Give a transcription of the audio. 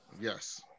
Yes